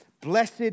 Blessed